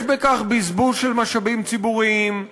יש בכך בזבוז של משאבים ציבוריים,